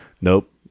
nope